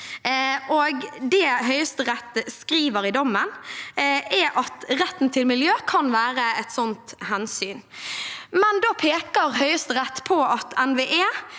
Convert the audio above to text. Det Høyesterett skriver i dommen, er at retten til miljø kan være et sånt hensyn, men da peker Høyesterett på at NVE